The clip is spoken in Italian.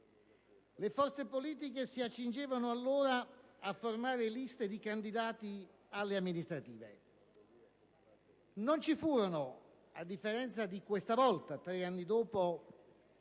Le forze politiche si accingevano in quella fase a formare liste di candidati per le elezioni amministrative. Non ci furono, a differenza di questa volta, tre anni dopo,